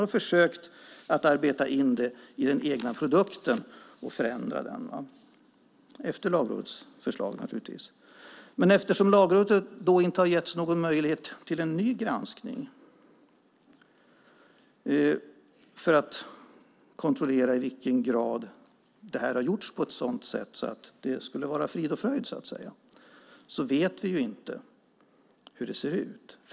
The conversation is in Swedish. Man har försökt arbeta in detta i den egna produkten och förändra den efter Lagrådets förslag. Men eftersom Lagrådet inte har getts någon möjlighet till en ny granskning för att kontrollera att detta har gjorts på ett sådant sätt att det är frid och fröjd vet vi inte hur det ser ut.